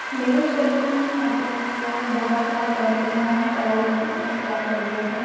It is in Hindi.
मेरे क्षेत्र में गाजीपुर जिला में बहुत सारी कंपनियाँ है ट्रैवल कंपनियाँ ट्रैवल एजेंट हैं